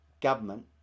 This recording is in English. government